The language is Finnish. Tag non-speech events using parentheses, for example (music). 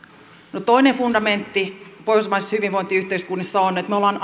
toinen fundamentti pohjoismaisissa hyvinvointiyhteiskunnissa on että me olemme (unintelligible)